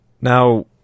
Now